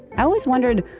i always wondered,